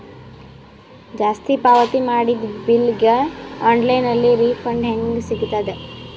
ಜಾಸ್ತಿ ಪಾವತಿ ಮಾಡಿದ ಬಿಲ್ ಗ ಆನ್ ಲೈನ್ ರಿಫಂಡ ಹೇಂಗ ಸಿಗತದ?